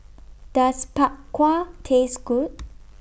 Does Bak Kwa Taste Good